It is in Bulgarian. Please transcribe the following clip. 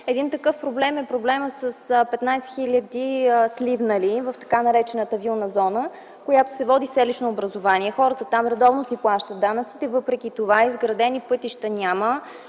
Един такъв проблем имат 15 000 сливналии в така наречената Вилна зона, която се води селищно образувание. Хората там редовно си плащат данъците, въпреки това изградени пътища няма